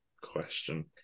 question